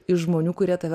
iš žmonių kurie tave